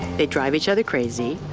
they drive each other crazy,